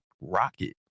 Rocket